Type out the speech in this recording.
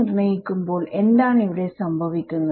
നിർണ്ണയിക്കുമ്പോൾ എന്താണ് ഇവിടെ സംഭവിക്കുന്നത്